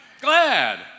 Glad